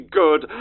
good